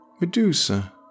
Medusa